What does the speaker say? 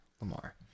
Lamar